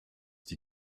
die